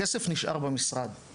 הכסף נשאר במשרד.